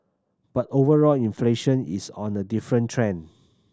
but overall inflation is on a different trend